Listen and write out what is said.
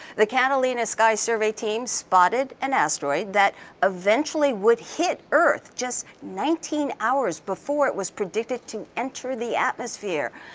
the catalina sky survey team spotted an asteroid that eventually would hit earth, just nineteen hours before it was predicted to enter the atmosphere.